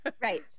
Right